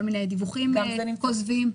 כל מיני דיווחים כוזבים.